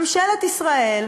ממשלת ישראל,